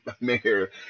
mayor